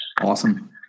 Awesome